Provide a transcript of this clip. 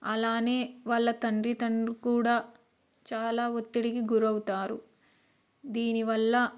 అలానే వాళ్ళ తండ్రి తండ్రు కూడా చాలా ఒత్తిడికి గురవుతారు దీనివల్ల